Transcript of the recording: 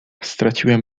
straciłem